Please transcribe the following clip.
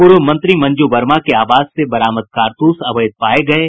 पूर्व मंत्री मंजू वर्मा के आवास से बरामद कारतूस अवैध पाये गये